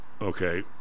okay